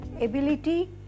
ability